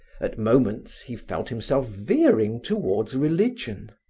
at moments, he felt himself veering towards religion.